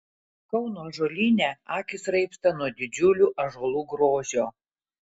kauno ąžuolyne akys raibsta nuo didžiulių ąžuolų grožio